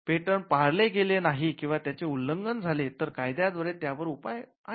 patent पाळले गेले नाही किंवा त्याचे उल्लंघन झाले तर कायद्या द्वारे त्यावर ऊपाय आहे